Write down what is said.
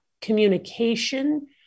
communication